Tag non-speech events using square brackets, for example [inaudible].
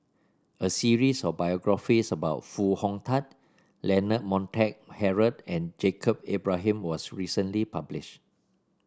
a series of biographies about Foo Hong Tatt Leonard Montague Harrod and [unintelligible] Ibrahim was recently published